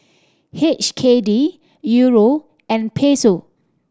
H K D Euro and Peso